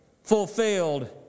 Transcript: fulfilled